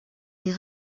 est